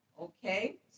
Okay